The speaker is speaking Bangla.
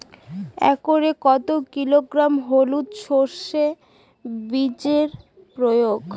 একরে কত কিলোগ্রাম হলুদ সরষে বীজের প্রয়োজন?